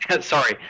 Sorry